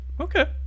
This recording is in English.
Okay